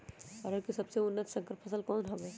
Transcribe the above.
अरहर के सबसे उन्नत संकर फसल कौन हव?